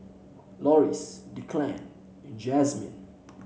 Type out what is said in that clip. Loris Declan and Jazmine